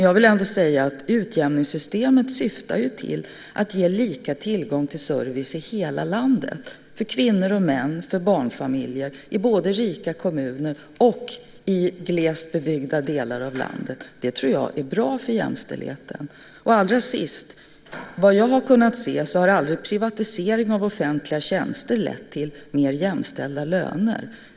Jag vill ändå säga att utjämningssystemet syftar till att ge lika tillgång till service i hela landet, för kvinnor och män och barnfamiljer, i både rika kommuner och i glest bebyggda delar av landet. Det tror jag är bra för jämställdheten. Vad jag har kunnat se har aldrig privatisering av offentliga tjänster lett till mer jämställda löner.